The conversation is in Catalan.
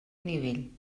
nivell